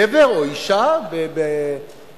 גבר או אשה בהתאמה,